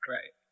Right